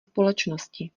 společnosti